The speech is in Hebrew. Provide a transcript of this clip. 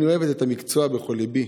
אני אוהבת את המקצוע בכל ליבי,